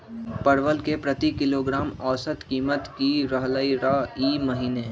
परवल के प्रति किलोग्राम औसत कीमत की रहलई र ई महीने?